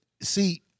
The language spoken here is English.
see